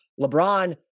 LeBron